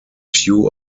few